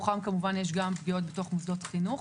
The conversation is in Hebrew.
מתוכם כמובן יש גם פגיעות במוסדות חינוך.